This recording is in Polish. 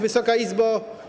Wysoka Izbo!